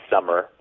summer